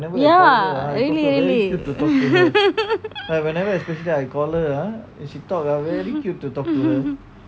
ya really really